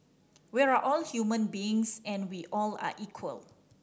we're all human beings and we all are equal